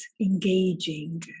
engaging